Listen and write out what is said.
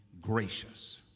gracious